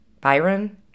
Byron